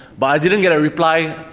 but i didn't get a reply,